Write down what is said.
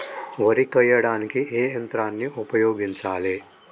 వరి కొయ్యడానికి ఏ యంత్రాన్ని ఉపయోగించాలే?